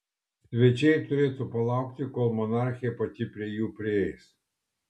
svečiai turėtų palaukti kol monarchė pati prie jų prieis